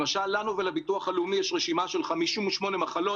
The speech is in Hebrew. למשל לנו ולביטוח הלאומי יש רשימה של 58 מחלות